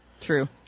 True